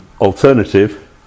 alternative